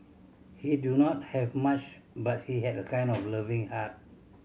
he do not have much but he had a kind of loving heart